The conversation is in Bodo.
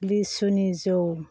लिसुनि जौ